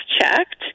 checked